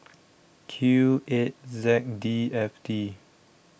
Q eight Z D F T